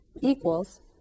equals